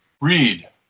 Read